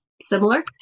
similar